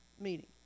meeting